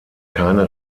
keine